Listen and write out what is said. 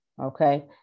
okay